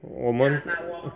我们